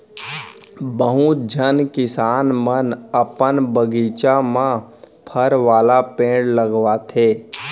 बहुत झन किसान मन अपन बगीचा म फर वाला पेड़ लगाथें